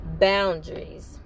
boundaries